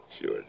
Sure